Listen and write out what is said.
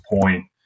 point